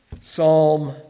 Psalm